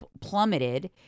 plummeted